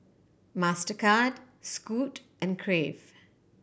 Mastercard Scoot and Crave